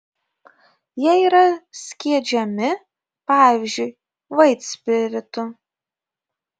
jie yra skiedžiami pavyzdžiui vaitspiritu